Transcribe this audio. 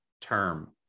term